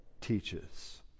teaches